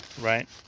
right